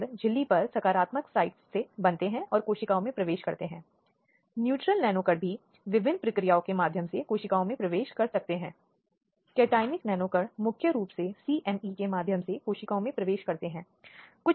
कई बार एक जानबूझकर किया गया प्रयास होता है असहज सवालों को सामने रखने के लिए उस परिस्थिति में पीड़ित महिला को अभद्र सवाल या सुझाव देने के लिए